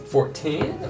Fourteen